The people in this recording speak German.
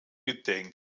gedenkt